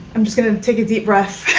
i'm just going to take a deep breath